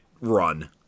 run